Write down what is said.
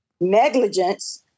negligence